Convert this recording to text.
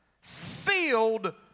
filled